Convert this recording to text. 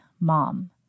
mom